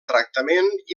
tractament